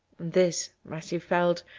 this, matthew felt,